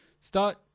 start